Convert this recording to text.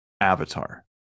Avatar